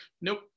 nope